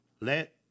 let